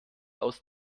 aus